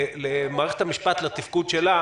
למערכת המשפט, לתפקוד שלה